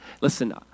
Listen